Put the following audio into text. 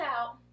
out